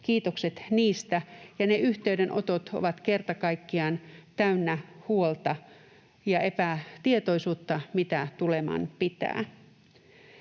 kiitokset niistä, ja ne yhteydenotot ovat kerta kaikkiaan täynnä huolta ja epätietoisuutta, mitä tuleman pitää.